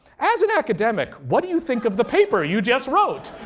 as an academic, what do you think of the paper you just wrote?